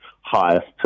highest